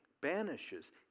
banishes